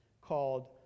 called